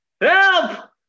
Help